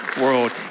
world